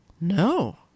No